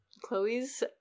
Chloe's